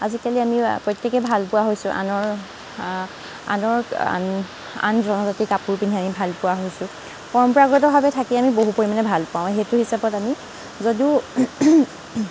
আজিকালি আমি প্ৰত্যেকেই ভাল পোৱা হৈছোঁ আনৰ আনৰ আন জনজাতিৰ কাপোৰ পিন্ধি আমি ভাল পোৱা হৈছোঁ পৰম্পৰাগতভাৱে থাকি আমি বহু পৰিমাণে ভাল পাওঁ সেইটো হিচাপত আমি যদিও